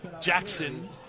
jackson